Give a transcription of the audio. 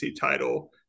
title